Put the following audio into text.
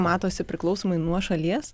matosi priklausomai nuo šalies